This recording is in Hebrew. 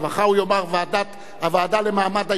הוא יאמר הוועדה למעמד האשה,